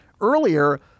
earlier